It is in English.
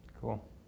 Cool